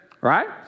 right